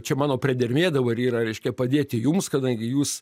čia mano priedermė dabar yra reiškia padėti jums kadangi jūs